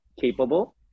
capable